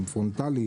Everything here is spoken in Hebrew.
גם פרונטליים